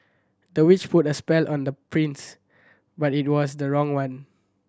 the witch put a spell on the prince but it was the wrong one